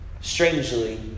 strangely